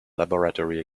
laboratory